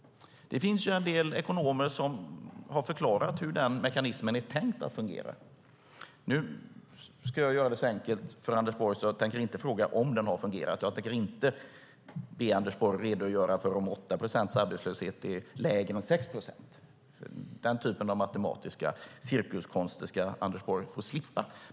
Det finns en del ekonomer som har förklarat hur mekanismen är tänkt att fungera. Nu ska jag göra det så enkelt för Anders Borg att jag inte tänker fråga om den har fungerat. Jag tänker inte be Anders Borg redogöra för om 8 procents arbetslöshet är lägre än 6 procents arbetslöshet. Den typen av matematiska cirkuskonster ska Anders Borg få slippa.